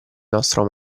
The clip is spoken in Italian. nostro